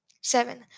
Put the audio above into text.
Seven